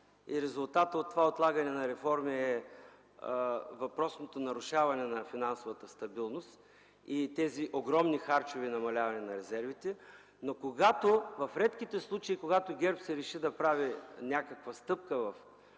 резултатът от това отлагане на реформи е въпросното нарушаване на финансовата стабилност, и тези огромни харчове и намаляване на резервите, но в редките случаи, когато ГЕРБ се реши да прави някаква стъпка в определен